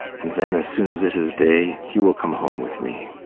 and then, as soon as it is day, you will come home with me.